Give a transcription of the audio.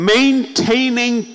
Maintaining